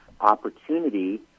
opportunity